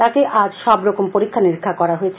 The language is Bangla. তাকে আজ সবরকম পরীক্ষা নিরীক্ষা করা হয়েছে